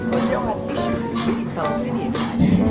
with yeah um meeting palestinian guys.